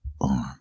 arm